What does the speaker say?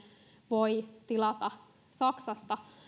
voi tilata saksasta